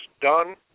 done